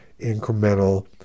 incremental